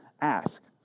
ask